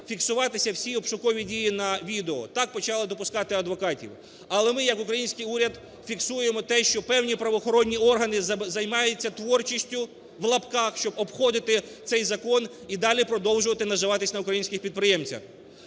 фіксуватися всі обшукові дії на відео, так, почали допускати адвокатів. Але ми як український уряд фіксуємо те, що певні правоохоронні органи займаються "творчістю" (в лапках), щоб обходити цей закон і далі продовжувати наживатись на українських підприємцях.